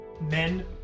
men